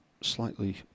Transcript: slightly